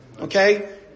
Okay